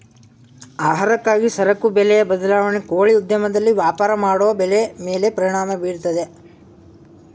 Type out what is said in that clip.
ಆಹಾರಕ್ಕಾಗಿ ಸರಕು ಬೆಲೆಯ ಬದಲಾವಣೆ ಕೋಳಿ ಉದ್ಯಮದಲ್ಲಿ ವ್ಯಾಪಾರ ಮಾಡೋ ಬೆಲೆ ಮೇಲೆ ಪರಿಣಾಮ ಬೀರ್ತದೆ